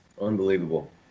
Unbelievable